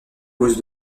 cause